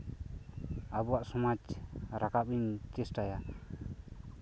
ᱟᱵᱚᱣᱟᱜ ᱥᱚᱢᱟᱡ ᱨᱟᱠᱟᱵ ᱤᱧ ᱪᱮᱥᱴᱟᱭᱟ